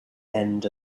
end